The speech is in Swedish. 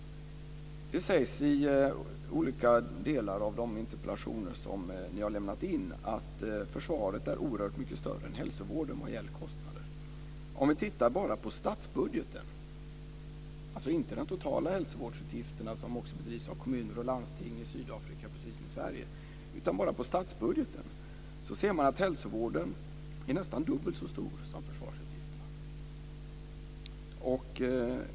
Det sägs i olika delar av de interpellationer som ni har lämnat in att försvaret är oerhört mycket större än hälsovården vad gäller kostnader. Om man tittar bara på statsbudgeten, alltså inte de totala hälsovårdsutgifterna eftersom detta också bedrivs av kommuner och landsting i Sydafrika precis som i Sverige utan bara på statsbudgeten, så ser man att hälsovården är nästan dubbelt så stor som försvarsutgifterna.